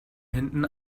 hinten